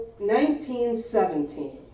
1917